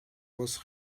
was